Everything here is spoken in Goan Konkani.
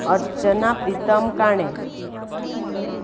अर्चना प्रितम काणे